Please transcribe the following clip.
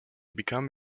become